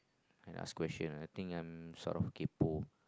and ask question and I think I'm sort of kaypo